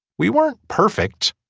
we weren't perfect.